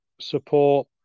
support